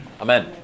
Amen